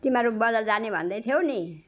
तिमीहरू बजार जाने भन्दै थियौ नि